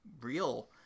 real